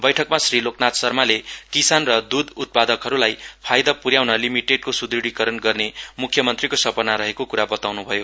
बैठकमा श्री लोकनाथ शर्माले किसान र दूध उत्पादकहरूलाई फाइदा पुर्याउन लिमिटेडको सुदूढीकरण गर्ने मुख्यमन्त्रीको सपना रहेको कुरा बताउनुभयो